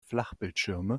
flachbildschirme